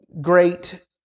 great